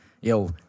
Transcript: Yo